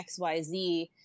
XYZ